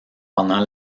pendant